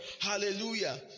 hallelujah